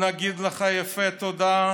נגיד לך יפה תודה,